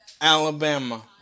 Alabama